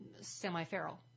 semi-feral